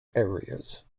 areas